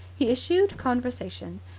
he eschewed conversation.